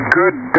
good